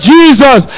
Jesus